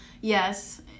Yes